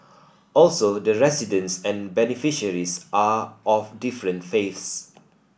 also the residents and beneficiaries are of different faiths